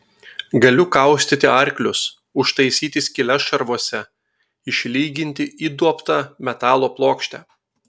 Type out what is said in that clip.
galiu kaustyti arklius užtaisyti skyles šarvuose išlyginti įduobtą metalo plokštę